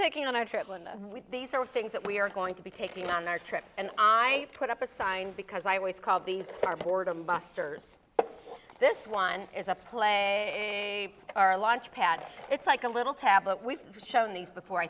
taking on a trip and these are things that we are going to be taking on our trip and i put up a sign because i always call these are boredom busters this one is a play or a launch pad it's like a little tablet we've shown these before i